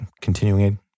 continuing